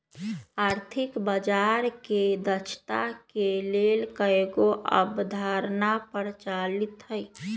आर्थिक बजार के दक्षता के लेल कयगो अवधारणा प्रचलित हइ